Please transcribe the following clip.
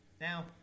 Now